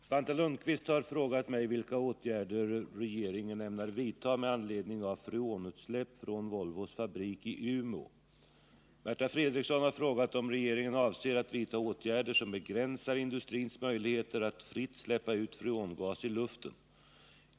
Herr talman! Svante Lundkvist har frågat mig vilka åtgärder regeringen ämnar vidta med anledning av freonutsläpp från Volvos fabrik i Umeå. Märta Fredrikson har frågat om regeringen avser att vidta åtgärder som begränsar industrins möjligheter att fritt släppa ut freongas i luften.